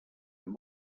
amb